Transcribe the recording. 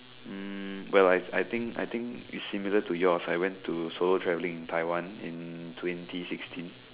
um well I I think I think is similar to yours I went to solo traveling in Taiwan in twenty sixteen